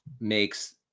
makes